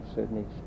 Sydney